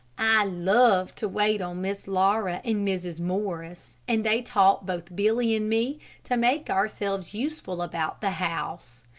i loved to wait on miss laura and mrs. morris, and they taught both billy and me to make ourselves useful about the house.